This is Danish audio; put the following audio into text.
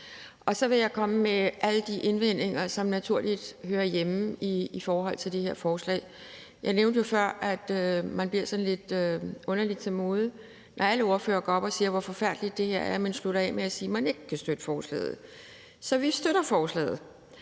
og så vil jeg komme med alle de bemærkninger, som naturligt hører hjemme i forhold til det her forslag. Jeg nævnte før, at man bliver sådan lidt underligt til mode, når alle ordførere går op og siger, hvor forfærdeligt det her er, men slutter af med at sige, at man ikke kan støtte forslaget. Vi støtter forslaget.